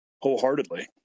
wholeheartedly